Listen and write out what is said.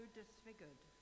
disfigured